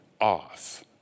off